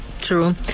true